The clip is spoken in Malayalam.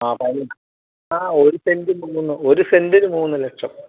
ആ ആ ഒരു സെന്റിന് ഒരു സെന്റിന് മൂന്നു ലക്ഷം